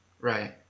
Right